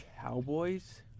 Cowboys